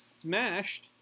smashed